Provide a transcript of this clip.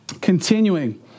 Continuing